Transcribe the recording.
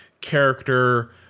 character